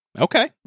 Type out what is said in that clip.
Okay